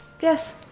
Yes